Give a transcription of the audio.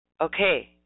Okay